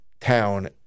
town